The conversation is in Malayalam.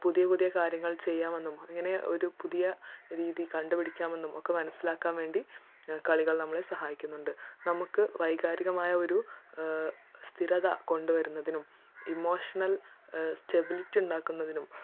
പുതിയ പുതിയ കാര്യങ്ങൾ ചെയ്യാമെന്നും എങ്ങനെ ഒരു പുതിയ രീതി കണ്ട് പിടിക്കാമെന്നും ഒക്കെ മനസ്സിലാക്കാൻ വേണ്ടി കളികൾ നമ്മളെ സഹായിക്കുന്നുണ്ട് നമുക്ക് വൈകാരികമായ ഒരു സ്ഥിരത കൊണ്ട് വരുന്നതിനും ഇമോഷണൽ സ്റ്റെബിലിറ്റി ഉണ്ടാക്കുന്നതിനും